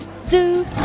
Zoo